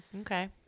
Okay